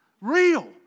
Real